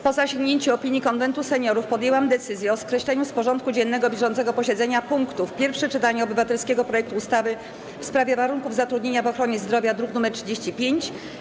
Po zasięgnięciu opinii Konwentu Seniorów podjęłam decyzję o skreśleniu z porządku dziennego bieżącego posiedzenia punktów: - Pierwsze czytanie obywatelskiego projektu ustawy w sprawie warunków zatrudnienia w ochronie zdrowia, druk nr 35,